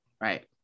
Right